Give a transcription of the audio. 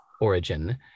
origin